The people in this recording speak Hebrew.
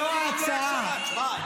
אל תתנשא, אל תתנשא עלינו.